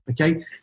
okay